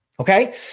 Okay